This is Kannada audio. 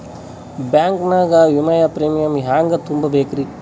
ಬ್ಯಾಂಕ್ ನಾಗ ವಿಮೆಯ ಪ್ರೀಮಿಯಂ ಹೆಂಗ್ ತುಂಬಾ ಬೇಕ್ರಿ?